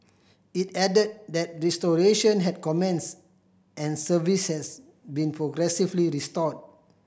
it added that restoration had commenced and service has been progressively restored